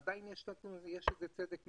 עדיין יש בזה צדק.